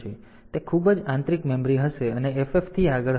તેથી તે ખૂબ જ આંતરિક મેમરી હશે અને FF થી આગળ હશે